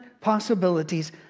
possibilities